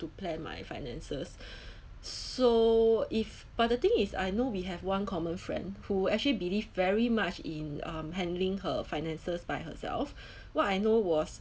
to plan my finances so if but the thing is I know we have one common friend who actually believe very much in um handling her finances by herself what I know was